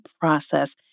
process